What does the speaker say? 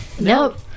Nope